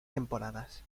temporadas